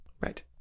right